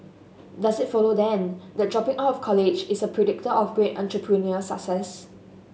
does it follow then that dropping out of college is a predictor of great entrepreneurial success